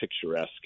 picturesque